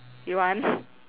you want